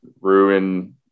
ruin